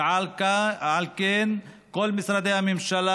ועל כן כל משרדי הממשלה,